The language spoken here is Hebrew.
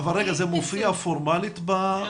זה מופיע פורמלית ב- --?